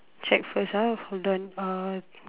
check first ah hold on uh